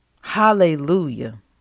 Hallelujah